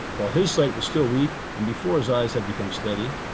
while his sight was still weak, and before his eyes have become steady,